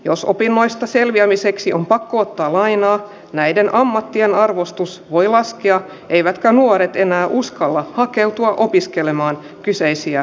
jo sopimasta selviämiseksi on pakko ottaa lainaa näiden ammattien arvostus voi laskea eivätkä nuoret enää uskalla hakeutua opiskelemaan kyseisiä